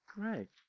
Great